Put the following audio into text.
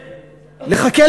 תחכה.